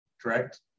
Correct